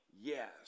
Yes